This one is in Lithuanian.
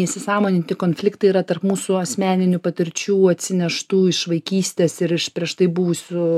įsisąmoninti konfliktai yra tarp mūsų asmeninių patirčių atsineštų iš vaikystės ir iš prieš tai buvusių